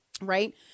Right